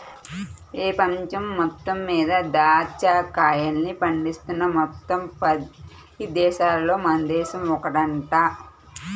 పెపంచం మొత్తం మీద దాచ్చా కాయల్ని పండిస్తున్న మొత్తం పది దేశాలల్లో మన దేశం కూడా ఒకటంట